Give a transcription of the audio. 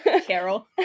Carol